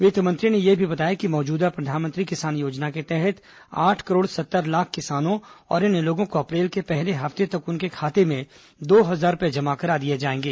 वित्तमंत्री ने यह भी बताया कि मौजूदा प्रधानमंत्री किसान योजना के तहत आठ करोड़ सत्तर लाख किसानों और अन्य लोगों को अप्रैल के पहले हफ्ते तक उनके खाते में दो हजार रूपये जमा करा दिए जाएंगे